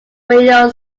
radio